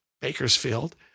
Bakersfield